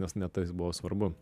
nes ne tais buvo svarbu